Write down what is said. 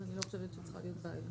אז אני לא חושבת שצריכה להיות בעיה.